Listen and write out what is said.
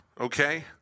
okay